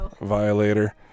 violator